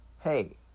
hey